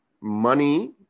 Money